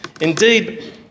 Indeed